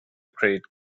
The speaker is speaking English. credit